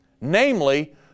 Namely